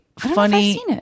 Funny